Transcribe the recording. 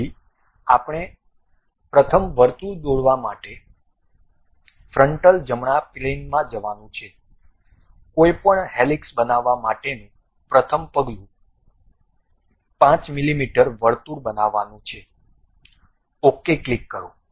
તેથી પ્રથમ આપણે વર્તુળ દોરવા માટે ફ્રન્ટલ જમણા પ્લેનમાં જવાનું છે કોઈપણ હેલિક્સ બનાવા માટેનું પ્રથમ પગલું 5 મીમી વર્તુળ બનાવવાનું છે ok ક્લિક કરો